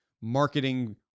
marketing